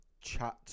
chat